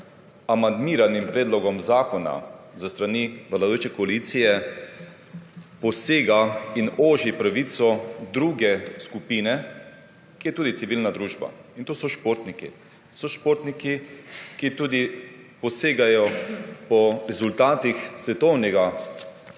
amandmiranim predlogom zakona s strani vladajoče koalicije, posega in oži pravico druge skupine, ki je tudi civilna družba in to so športniki. So športniki, ki tudi posegajo po rezultatih svetovnega